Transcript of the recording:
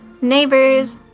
Neighbors